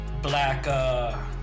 Black